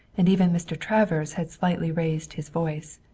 and even mr. travers had slightly raised his voice.